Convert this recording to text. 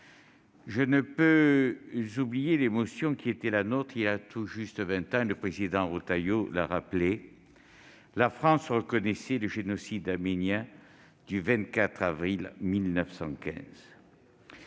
je ne peux oublier l'émotion qui était la nôtre voilà tout juste vingt ans- le président Retailleau l'a rappelée -, alors que la France reconnaissait le génocide arménien du 24 avril 1915.